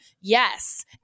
Yes